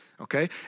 okay